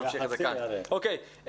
אוקיי.